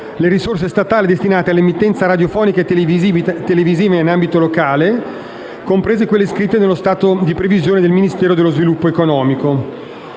le risorse statali destinate all'emittenza radiofonica e televisiva in ambito locale, comprese quelle iscritte nello stato di previsione del Ministero dello sviluppo economico;